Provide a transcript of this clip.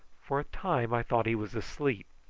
for a time i thought he was asleep,